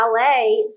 ballet